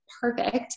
perfect